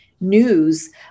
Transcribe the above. News